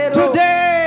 today